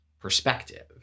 perspective